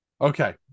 okay